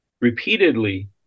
repeatedly